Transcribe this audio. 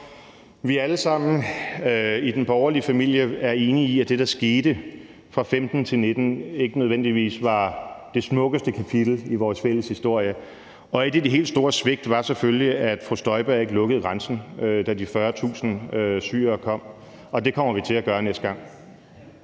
vi alle sammen i den borgerlige familie er enige i, at det, der skete fra 2015 til 2019, ikke nødvendigvis var det smukkeste kapitel i vores fælles historie, og et af de helt store svigt var selvfølgelig, at fru Inger Støjberg ikke lukkede grænsen, da de 40.000 syrere kom, og det kommer vi til at gøre næste gang.